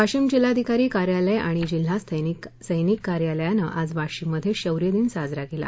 वाशिम जिल्हाधिकारी कार्यालय आणि जिल्हा सैनिक कार्यालयानं आज वाशिममध्ये शौर्यदिन साजरा केला